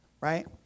right